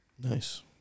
Nice